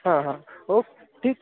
हां हां ओक ठीक